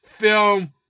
film